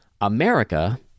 America